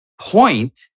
point